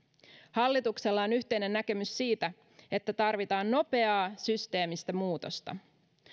hallituksella on yhteinen näkemys siitä että tarvitaan nopeaa systeemistä muutosta